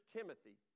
Timothy